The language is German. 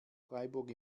freiburg